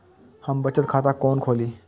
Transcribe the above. हम बचत खाता कोन खोली?